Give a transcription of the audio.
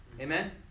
Amen